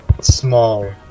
Small